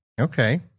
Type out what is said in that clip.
okay